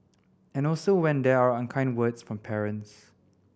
and also when there are unkind words from parents